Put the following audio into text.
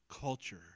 culture